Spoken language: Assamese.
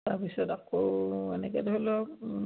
তাৰপিছত আকৌ এনেকৈ ধৰি লওক